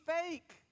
fake